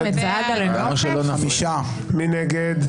מי נגד?